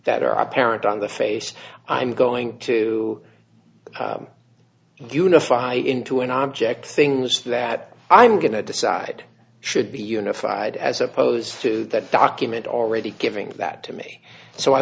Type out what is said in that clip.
that are apparent on the face i'm going to unify into an object things that i'm going to decide should be unified as opposed to that document already giving that to me so i